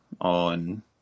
On